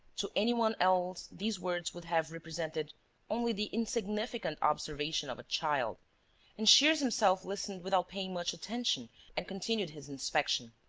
to any one else, these words would have represented only the insignificant observation of a child and shears himself listened without paying much attention and continued his inspection.